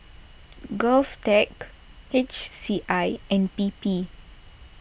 Govtech H C I and P P